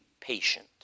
patient